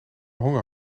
honger